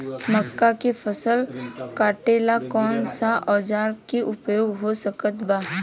मक्का के फसल कटेला कौन सा औजार के उपयोग हो सकत बा?